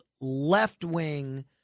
left-wing